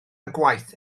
gwaith